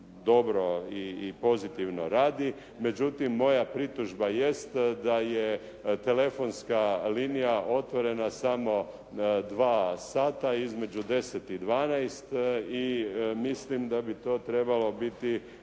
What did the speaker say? i pozitivno radi. Međutim, moja pritužba jest da je telefonska linija otvorena samo 2 sata između 10 9i 12 i mislim da bi to trebalo biti